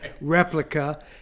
replica